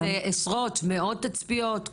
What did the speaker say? שזה עשרות, מאות תצפיות?